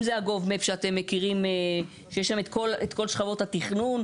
אם זה ה-govMap שיש שם את כל שכבות התכנון,